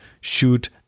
shoot